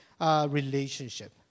relationship